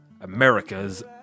America's